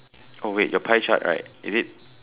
oh wait your pie chart right is it